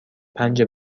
پنج